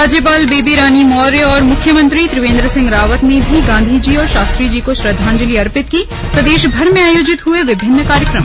राज्यपाल बेबी रानी मौर्य और मुख्यमंत्री त्रिवेंद्र सिंह रावत ने भी गांधीजी और शास्त्रीजी को श्रद्वांजलि अर्पित कीप्रदेशभर में आयोजित हुए विभिन्न कार्यक्रम